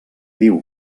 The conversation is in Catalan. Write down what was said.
diu